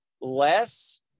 less